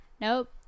nope